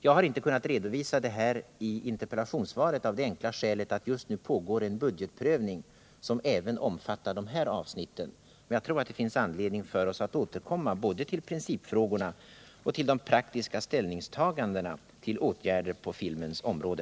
Jag har inte kunnat redovisa det här i interpellationssvaret av det enkla skälet att det just nu pågår en budgetprövning som även omfattar de här avsnitten. Jag tror att det finns anledning för oss att återkomma både till principfrågorna och till de praktiska ställningstagandena till åtgärder på filmens område.